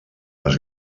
les